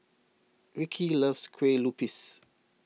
Ricki loves Kueh Lupis